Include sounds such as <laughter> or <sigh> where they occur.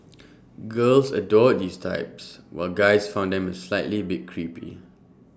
<noise> girls adored these types while guys found them A slight bit creepy